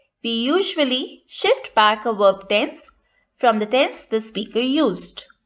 we usually shift back a verb tense from the tense the speaker used.